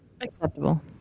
Acceptable